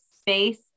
space